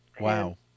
Wow